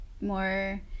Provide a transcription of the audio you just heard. more